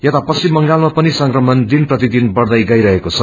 यता पश्चिम बंगालमा पनि संक्रमण दिन प्रतिदिन बढ़दै गईरहेको छ